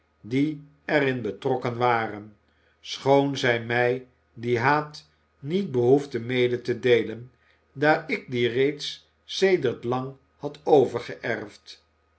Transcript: die er in betrokken waren schoon zij mij dien haat niet behoefde mede te deelen daar ik dien reeds sedert lang had